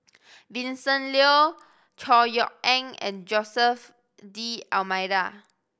Vincent Leow Chor Yeok Eng and Jose D'Almeida